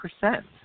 percent